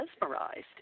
mesmerized